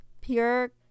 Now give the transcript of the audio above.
pure